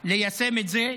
ליישם את זה,